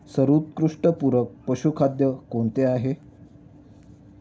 सर्वोत्कृष्ट पूरक पशुखाद्य कोणते आहे?